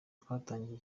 twatangiye